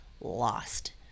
lost